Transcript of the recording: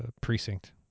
precinct